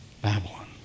Babylon